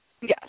Yes